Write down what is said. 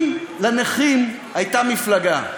אם לנכים הייתה מפלגה,